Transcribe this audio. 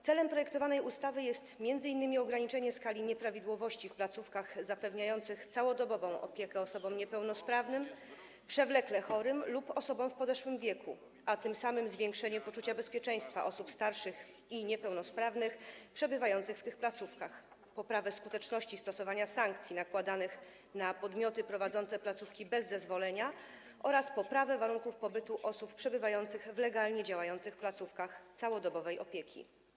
Celem projektowanej ustawy jest m.in. ograniczenie skali nieprawidłowości w placówkach zapewniających całodobową opiekę osobom niepełnosprawnym, przewlekle chorym lub osobom w podeszłym wieku, a tym samym zwiększenie poczucia bezpieczeństwa osób starszych i niepełnosprawnych przebywających w tych placówkach, poprawę skuteczności stosowania sankcji nakładanych na podmioty prowadzące placówki bez zezwolenia oraz poprawę warunków pobytu osób przebywających w legalnie działających placówkach całodobowej opieki.